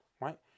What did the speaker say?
right